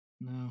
no